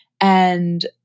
And-